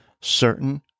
certain